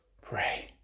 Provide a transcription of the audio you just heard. pray